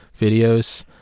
videos